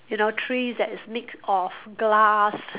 you know trees that is made of glass